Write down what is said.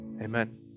Amen